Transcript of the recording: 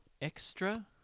Extra